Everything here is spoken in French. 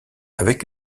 avec